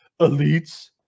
elites